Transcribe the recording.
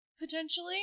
potentially